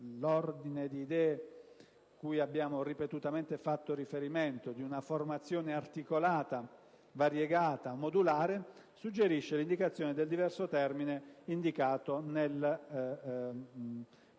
nell'ordine di idee cui abbiamo ripetutamente fatto riferimento di una formazione articolata, variegata e modulare suggerisce l'indicazione del diverso termine indicato nel comma